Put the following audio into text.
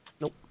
Nope